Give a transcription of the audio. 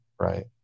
right